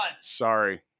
sorry